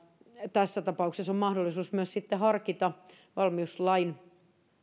tässä tapauksessa on mahdollisuus myös sitten harkita valmiuslain